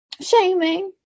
shaming